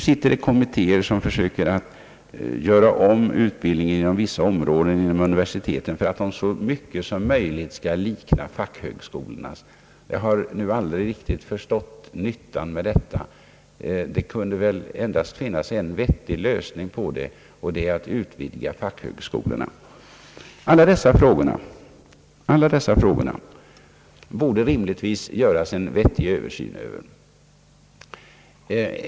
Vi har kommittéer som försöker göra om universitetsutbildningen inom vissa områden på sådant sätt att den så mycket som möjligt skall likna fackhögskolornas. Jag har nu aldrig riktigt förstått nyttan av detta — det finns väl bara en vettig lösning av den frågan, nämligen att utvidgda fackhögskolorna. Alla dessa frågor borde rimligtvis bli föremål för en vettig översyn.